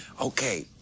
okay